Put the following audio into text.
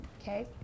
Okay